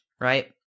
Right